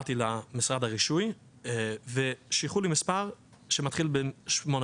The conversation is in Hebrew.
באתי למשרד הרישוי ושייכו לי מספר שמתחיל ב-89.